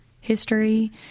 history